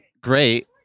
great